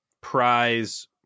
prize